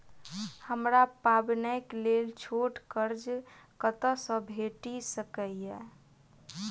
हमरा पाबैनक लेल छोट कर्ज कतऽ सँ भेटि सकैये?